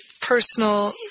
personal